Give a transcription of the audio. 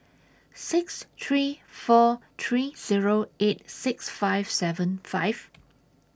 six three four three Zero eight six five seven five